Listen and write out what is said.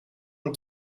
een